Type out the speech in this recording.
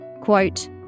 Quote